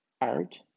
art